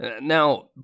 Now